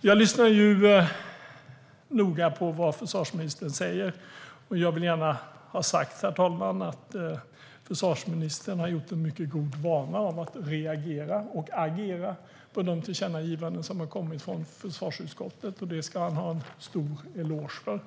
Jag lyssnar noga på vad försvarsministern säger. Jag vill gärna ha sagt, herr talman, att försvarsministern har gjort en mycket god vana av att reagera och agera på de tillkännagivanden som har kommit från försvarsutskottet. Det ska han ha en stor eloge för.